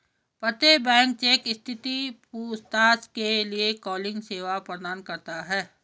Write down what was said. प्रत्येक bank cheque स्थिति पूछताछ के लिए कॉलिंग सेवा प्रदान करता हैं